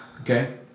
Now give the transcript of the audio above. okay